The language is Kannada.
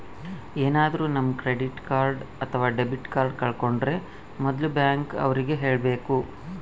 ಏನಾದ್ರೂ ನಮ್ ಕ್ರೆಡಿಟ್ ಕಾರ್ಡ್ ಅಥವಾ ಡೆಬಿಟ್ ಕಾರ್ಡ್ ಕಳ್ಕೊಂಡ್ರೆ ಮೊದ್ಲು ಬ್ಯಾಂಕ್ ಅವ್ರಿಗೆ ಹೇಳ್ಬೇಕು